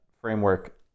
framework